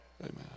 Amen